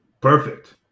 Perfect